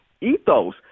ethos